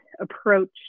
approach